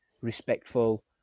respectful